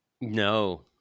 No